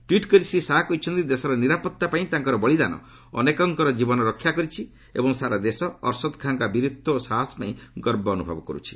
tweet କରି ଶ୍ରୀ ଶାହା କହିଛନ୍ତି ଦେଶର ନିରାପତ୍ତା ପାଇଁ ତାଙ୍କର ବଳିଦାନ ଅନେକଙ୍କର ଜୀବନ ରକ୍ଷା କରିଛି ଏବଂ ସାରା ଦେଶ ଅର୍ସଦ ଖାଁଙ୍କ ବୀରତ୍ୱ ଓ ସାହସ ପାଇଁ ଗର୍ବ ଅନୁଭବ କରୁଛି